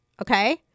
Okay